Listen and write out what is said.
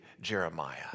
Jeremiah